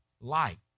Light